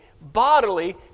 bodily